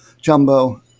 jumbo